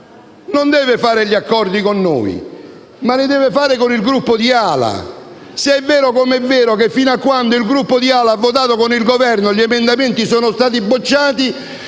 non deve fare gli accordi con noi ma con il Gruppo di AL-A, se è vero come è vero che fino a quando il Gruppo di AL-A ha votato con il Governo gli emendamenti sono stati respinti